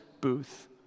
booth